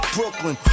Brooklyn